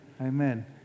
Amen